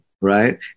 right